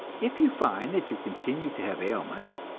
if you find that you continue to have ailments,